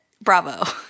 Bravo